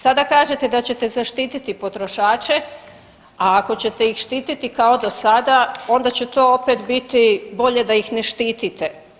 Sada kažete da ćete zaštititi potrošače, a ako ćete ih štititi kao do sada, onda će to opet biti bolje da ih ne štitite.